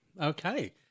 okay